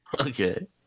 Okay